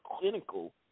clinical